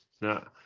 no